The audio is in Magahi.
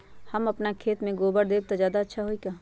हम अपना खेत में गोबर देब त ज्यादा अच्छा होई का?